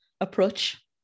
approach